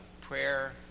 prayer